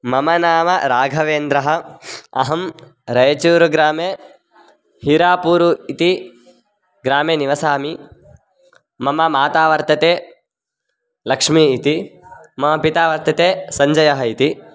मम नाम राघवेन्द्रः अहं रैचूरुग्रामे हिरापूरु इति ग्रामे निवसामि मम माता वर्तते लक्ष्मी इति मम पिता वर्तते सञ्जयः इति